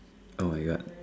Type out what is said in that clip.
[oh]-my-God